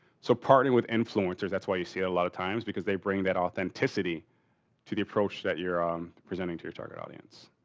so, partnering with influencers that's why you see a lot of times because they bring that authenticity to the approach that you're um presenting to your target audience.